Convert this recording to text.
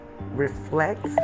Reflect